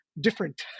different